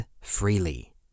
freely